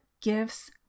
gifts